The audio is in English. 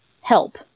help